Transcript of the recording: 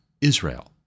Israel